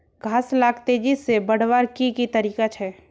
घास लाक तेजी से बढ़वार की की तरीका छे?